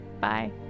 bye